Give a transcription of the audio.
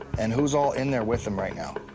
and who is all in there with him right now?